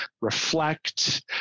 reflect